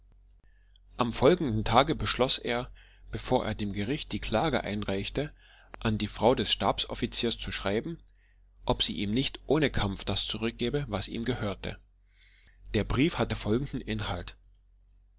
am folgenden tage beschloß er bevor er dem gericht die klage einreichte an die frau des stabsoffiziers zu schreiben ob sie ihm nicht ohne kampf das zurückgäbe was ihm gehörte der brief hatte folgenden inhalt